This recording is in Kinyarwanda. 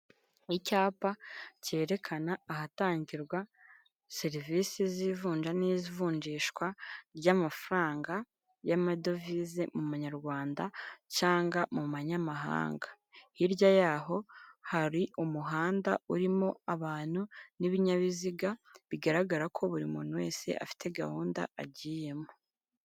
Icyapa cyerekana ahatangirwa serivisi z'ivunja n'ivunjishwa ry'ama amafaranga y'amadovize mu munyarwanda cyangwa mu manyamahanga, hirya yaho hari umuhanda urimo abantu n'ibinyabiziga bigaragara ko buri muntu wese afite gahunda agiyemo.